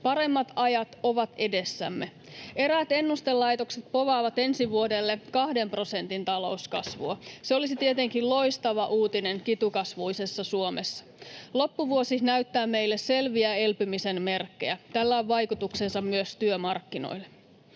Paremmat ajat ovat edessämme. Eräät ennustelaitokset povaavat ensi vuodelle kahden prosentin talouskasvua. Se olisi tietenkin loistava uutinen kitukasvuisessa Suomessa. Loppuvuosi näyttää meille selviä elpymisen merkkejä. Tällä on vaikutuksensa myös työmarkkinoille.